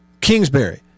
Kingsbury